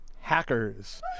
hackers